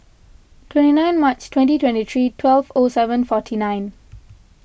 twenty nine March twenty twenty three twelve O seven forty nine